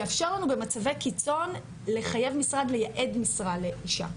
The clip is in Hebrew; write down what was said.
יאפשר לנו במצבי קיצון לחייב משרד לייעד משרד לאישה.